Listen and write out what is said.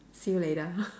see you later